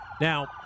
Now